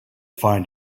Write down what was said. find